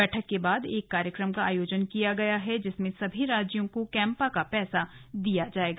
बैठक के बाद एक कार्यक्रम का आयोजन किया गया है जिसमें सभी राज्यों को कैम्पा का पैसा दिया जाएगा